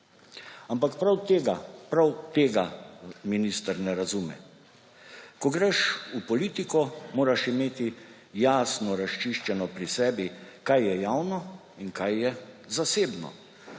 Ampak prav tega minister ne razume; ko greš v politiko, moraš imeti jasno razčiščeno pri sebi, kaj je javno in kaj je zasebno,